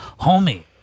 homie